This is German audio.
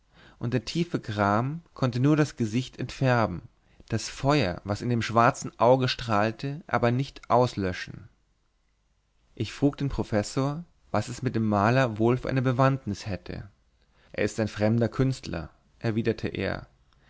und der tiefe gram konnte nur das gesicht entfärben das feuer was in den schwarzen augen strahlte aber nicht auslöschen ich frug den professor was es mit dem maler wohl für eine bewandtnis hätte es ist ein fremder künstler erwiderte er